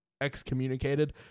excommunicated